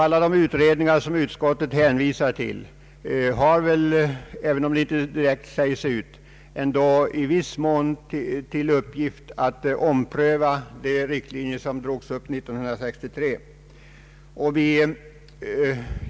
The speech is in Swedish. Alla de utredningar som utskottet hänvisar till har väl — även om det inte direkt sägs ut — ändå i viss mån till uppgift att ompröva de riktlinjer som drogs upp 1963.